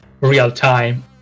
real-time